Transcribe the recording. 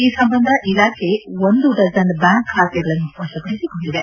ಈ ಸಂಬಂಧ ಇಲಾಖೆ ಒಂದು ದಜನ್ ಬ್ಯಾಂಕ್ ಖಾತೆಗಳನ್ನು ವಶಪದಿಸಿಕೊಂಡಿದೆ